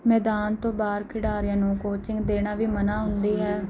ਮੈਦਾਨ ਤੋਂ ਬਾਹਰ ਖਿਡਾਰੀਆਂ ਨੂੰ ਕੋਚਿੰਗ ਦੇਣਾ ਵੀ ਮਨ੍ਹਾਂ ਹੁੰਦੀ ਹੈ